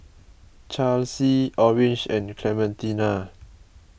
Charlsie Orange and Clementina